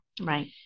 right